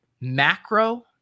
Macro